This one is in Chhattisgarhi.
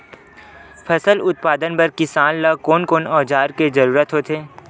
फसल उत्पादन बर किसान ला कोन कोन औजार के जरूरत होथे?